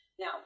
Now